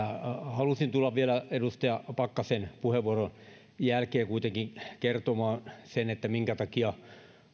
halusin tulla vielä edustaja pakkasen puheenvuoron jälkeen kuitenkin kertomaan sen minkä takia